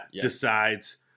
decides